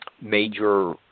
major